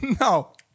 No